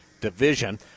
Division